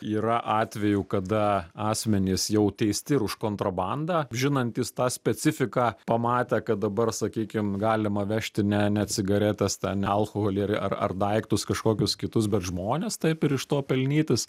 yra atvejų kada asmenys jau teisti ir už kontrabandą žinantys tą specifiką pamatę kad dabar sakykim galima vežti ne ne cigaretes ten ne alkoholį ar ar daiktus kažkokius kitus bet žmones taip ir iš to pelnytis